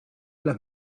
las